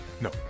No